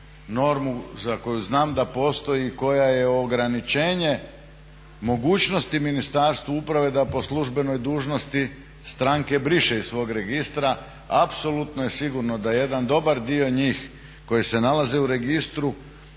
normu za koju znam da postoji i koja je ograničenje mogućnosti Ministarstvu uprave da po službenoj dužnosti stranke briše iz svog registra. Apsolutno je sigurno da jedan dobar dio njih koji se nalaze u registru